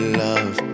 love